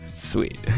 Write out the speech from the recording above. Sweet